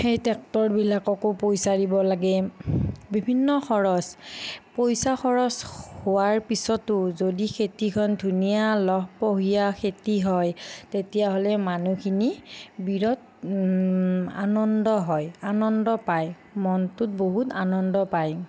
সেই ট্ৰেক্টৰবিলাককো পইচা দিব লাগে বিভিন্ন খৰচ পইচা খৰচ হোৱাৰ পিছতো যদি খেতিখন ধুনীয়া লহপহীয়া খেতি হয় তেতিয়া হ'লে মানুহখিনি বিৰাট আনন্দ হয় আনন্দ পায় মনটোত বহুত আনন্দ পায়